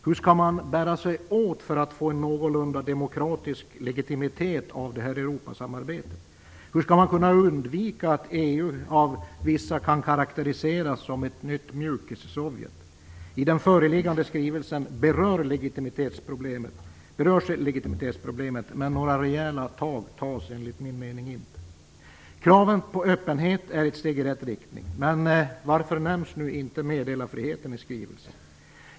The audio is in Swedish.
Hur skall man bära sig åt för att Europasamarbetet skall kunna få en någorlunda demokratisk legitimitet? Hur skall man kunna undvika att EU av vissa karakteriseras som ett nytt mjukis-Sovjet? I den föreliggande skrivelsen berörs legitimitetsproblemet, men några rejäla tag är det enligt min mening inte fråga om. Kravet på öppenhet är ett steg i rätt riktning, men varför nämns inte meddelarfriheten i skrivelsen?